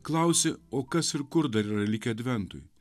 klausi o kas ir kur dar yra likę adventui